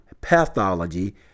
pathology